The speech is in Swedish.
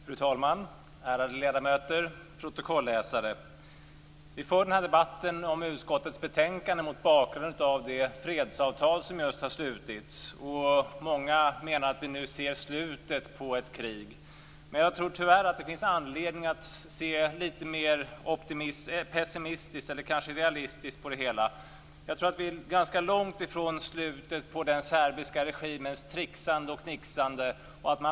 Fru talman! Ärade ledamöter och protokollsläsare! Vi för den här debatten om utskottets betänkande mot bakgrund av det fredsavtal som just har slutits. Många menar att vi nu ser slutet på ett krig. Men jag tror tyvärr att det finns anledning att se lite mer pessimistiskt, eller kanske realistiskt, på det hela. Jag tror att vi är ganska långt ifrån slutet på den serbiska regimens tricksande och knixande.